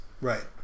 Right